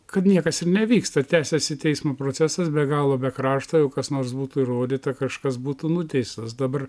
kad niekas ir nevyksta tęsiasi teismo procesas be galo be krašto jau kas nors būtų įrodyta kažkas būtų nuteistas dabar